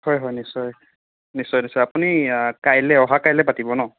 হয় হয় নিশ্চয় নিশ্চয় নিশ্চয় আপুনি কাইলৈ অহা কাইলৈ পাতিব ন'